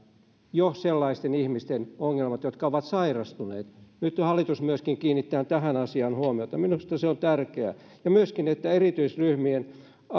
jo sellaisten ihmisten ongelmat jotka ovat sairastuneet nyt hallitus myöskin kiinnittää tähän asiaan huomiota minusta se on tärkeää myöskin se että erityisryhmien